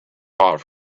hot